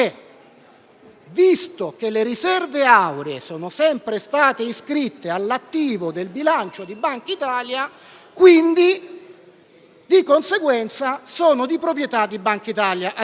visto che le riserve auree sono sempre state iscritte all' attivo del bilancio di Bankitalia, di conseguenza sono di proprietà di Bankitalia.